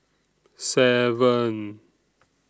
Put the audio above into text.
seven